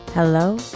Hello